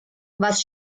was